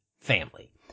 family